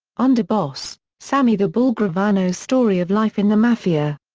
underboss sammy the bull gravano's story of life in the mafia.